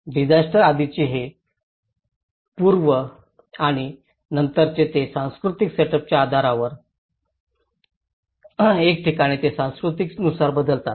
डिसास्टरआधीचे हे पूर्व आणि नंतरचे ते सांस्कृतिक सेटअपच्या आधारावर एका ठिकाणी ते संस्कृतीनुसार बदलतात